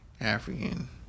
African